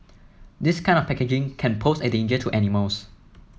this kind of packaging can pose a danger to animals